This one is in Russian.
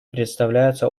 представляются